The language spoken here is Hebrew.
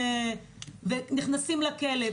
חיילים נכנסים לכלא.